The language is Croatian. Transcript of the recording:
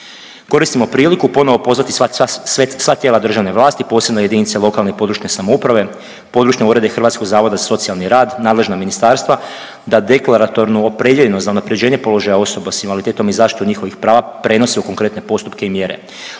Koristimo priliku ponovo pozvati sva tijela državne vlasti posebno jedinice lokalne i područne samouprave, područne urede Hrvatskog zavoda za socijalni rad, nadležna ministarstva da deklaratorno opredijele za unapređenje položaja osoba s invaliditetom i zaštitu njihovih prava prenose u konkretne postupke i mjere